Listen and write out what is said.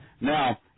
Now